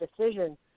decision